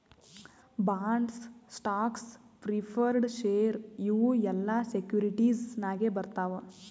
bonds, stocks, preferred share ಇವು ಎಲ್ಲಾ securities ನಾಗೆ ಬರ್ತಾವ್